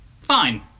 Fine